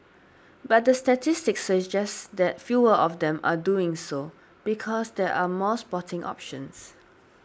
but the statistics suggest that fewer of them are doing so because there are more sporting options